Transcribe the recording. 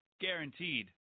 Guaranteed